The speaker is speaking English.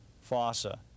fossa